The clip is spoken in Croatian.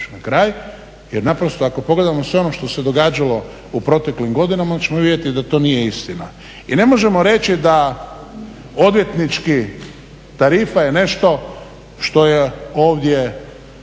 na kraj jer naprosto ako pogledamo sve ono što se događalo u proteklim godinama onda ćemo vidjeti da to nije istina. I ne možemo reći da odvjetnička tarifa je nešto što ovdje